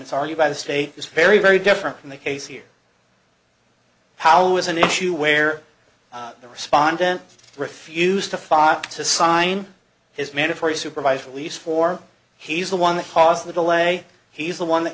it's are you by the state is very very different from the case here power was an issue where the respondent refused to fox to sign his mandatory supervised release for he's the one that caused the delay he's the one that